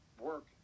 work